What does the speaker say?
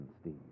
steve